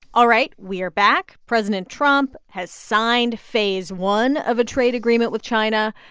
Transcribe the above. all right. we are back. president trump has signed phase one of a trade agreement with china,